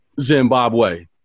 zimbabwe